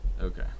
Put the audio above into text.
Okay